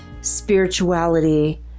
spirituality